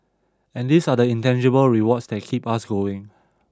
and these are the intangible rewards that keep us going